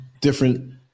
different